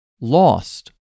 lost